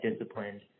disciplined